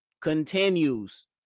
continues